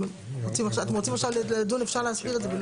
אם אתם רוצים עכשיו לדון, אפשר להסביר את זה.